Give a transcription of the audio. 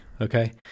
Okay